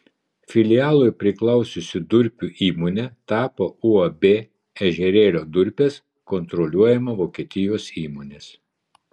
filialui priklausiusi durpių įmonė tapo uab ežerėlio durpės kontroliuojama vokietijos įmonės